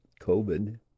COVID